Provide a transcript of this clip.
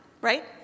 right